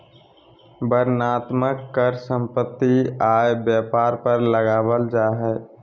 वर्णनात्मक कर सम्पत्ति, आय, व्यापार पर लगावल जा हय